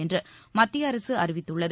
என்று மத்திய அரசு அறிவித்துள்ளது